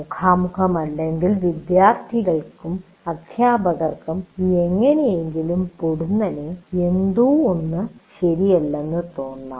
മുഖാമുഖമല്ലെങ്കിൽ വിദ്യാർത്ഥികൾക്കും അധ്യാപകർക്കും എങ്ങനെയെങ്കിലും പൊടുന്നനെ എന്തോ ശരിയല്ലെന്ന് തോന്നാം